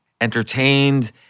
entertained